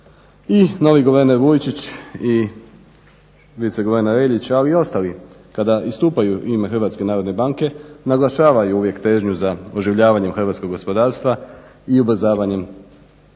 I novi guverner Vujčić i viceguverner Relja, ali i ostali kada istupaju u ime HNB-a naglašavaju uvijek težnju za oživljavanjem hrvatskog gospodarstva i ubrzavanjem gospodarskog